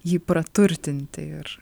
jį praturtinti ir